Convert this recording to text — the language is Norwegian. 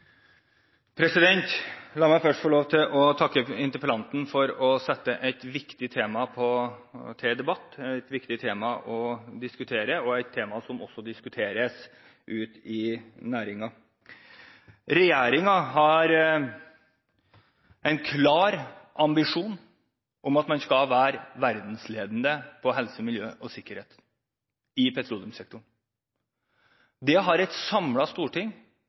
La meg først få lov til å takke interpellanten for å ta opp et viktig tema til debatt, et viktig tema å diskutere – og et tema som også diskuteres i næringen. Regjeringen har en klar ambisjon om at man skal være verdensledende på helse, miljø og sikkerhet i petroleumssektoren. Det har et samlet storting